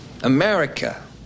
America